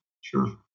Sure